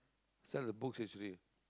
some of the books history